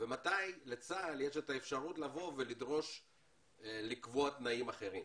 ומתי לצה"ל יש את האפשרות לדרוש לקבוע תנאים אחרים.